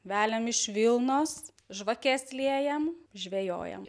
veliam iš vilnos žvakes liejam žvejojam